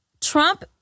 Trump